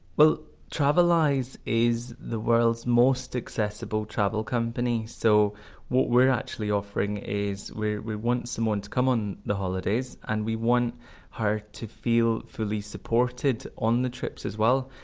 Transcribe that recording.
well traveleyes is the world's most accessible travel company, so what we're actually offering is we want simone to come on the holidays and we want her to feel fully supported on the trips as well.